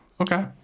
Okay